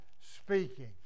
speaking